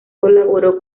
colaboró